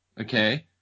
Okay